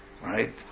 right